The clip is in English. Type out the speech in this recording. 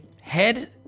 head